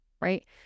right